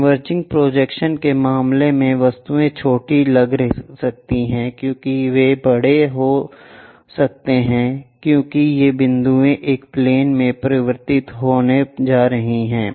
converging projections के मामले में वस्तुएं छोटी लग सकती हैं क्योंकि वे बड़े हो सकते हैं क्योंकि ये बिंदु एक प्लेन में परिवर्तित होने जा रहे हैं